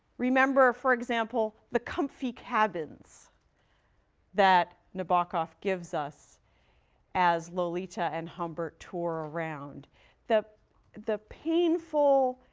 remember, for example, the komfee kabins that nabokov gives us as lolita and humbert tour around the the painful,